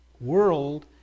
world